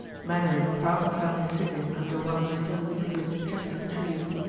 mainwaring found the family sitting under one of the still leafless chestnut trees,